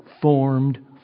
formed